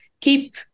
keep